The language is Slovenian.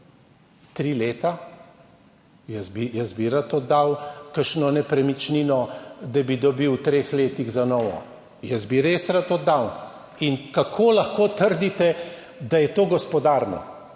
tri leta? Jaz bi rad oddal kakšno nepremičnino, da bi dobil v treh letih za novo. Jaz bi res rad oddal. In kako lahko trdite, da je to gospodarno?